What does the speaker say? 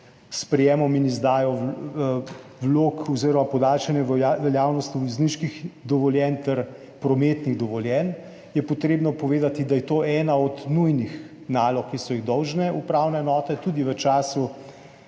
s sprejemom in izdajo vlog oziroma podaljšanjem veljavnosti vozniških dovoljenj ter prometnih dovoljenj, je treba povedati, da je to ena od nujnih nalog, ki so jih dolžne upravne enote tudi v času